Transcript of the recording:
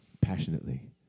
passionately